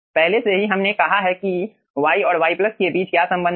पहले से ही हमने कहा है कि y और y के बीच क्या संबंध है